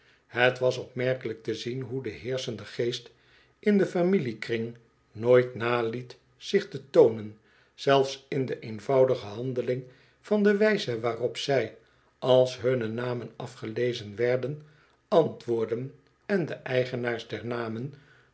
het was opmerkelijk te zien hoe de heerschende geest in den familiekring nooit naliet zich te toonen zelfs in de eenvoudige handeling van de wijze waarop zij als hunne namen afgelezen werden antwoordden en de eigenaars der namen